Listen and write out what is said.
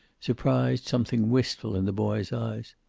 surprised something wistful in the boy's eyes.